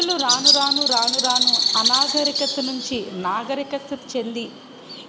రానురాను రానురాను అనాగరికత నుంచి నాగరికత చెంది